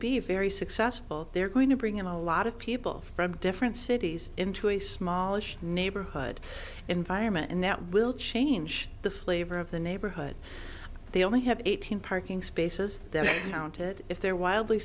be very successful they're going to bring in a lot of people from different cities into a smallish neighborhood environment and that will change the flavor of the neighborhood they only have eighteen parking spaces that counted if they're wildly